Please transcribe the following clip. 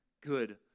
good